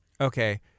Okay